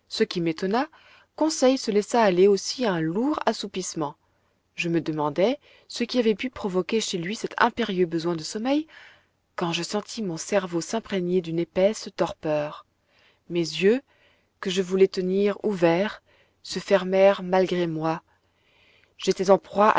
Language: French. ce qui m'étonna conseil se laissa aller aussi à un lourd assoupissement je me demandais ce qui avait pu provoquer chez lui cet impérieux besoin de sommeil quand je sentis mon cerveau s'imprégner d'une épaisse torpeur mes yeux que je voulais tenir ouverts se fermèrent malgré moi j'étais en proie